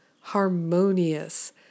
harmonious